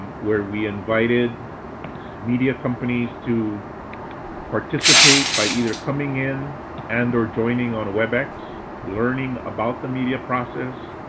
where we invited media companies to participate by either coming in and or joining on a webex, learning about the media process,